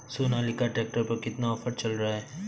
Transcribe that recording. Sonalika tractor पर कितना offer चल रहा है?